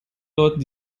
leuten